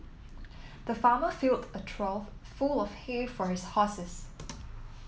the farmer filled a trough full of hay for his horses